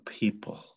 people